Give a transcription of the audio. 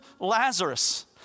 Lazarus